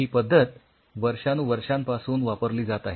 ही पद्धत वर्षानुवर्षांपासून वापरली जात आहे